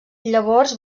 llavors